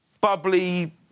..bubbly